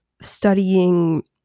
studying